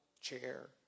chair